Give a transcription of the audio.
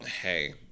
Hey